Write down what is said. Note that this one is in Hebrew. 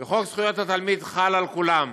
וחוק זכויות התלמיד חל על כולם,